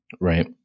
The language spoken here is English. Right